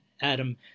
Adam